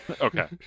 okay